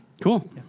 Cool